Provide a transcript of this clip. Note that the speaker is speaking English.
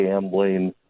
gambling